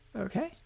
Okay